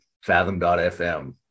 Fathom.fm